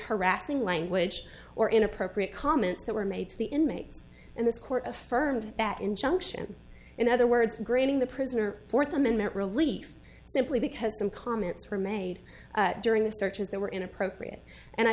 harassing language or inappropriate comments that were made to the inmate and the court affirmed that injunction in other words granting the prisoner fourth amendment relief simply because some comments were made during the searches that were inappropriate and i